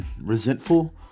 resentful